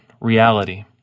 Reality